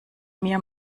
mir